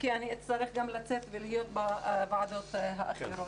כי אני גם אצטרך לצאת ולהיות בוועדות האחרות.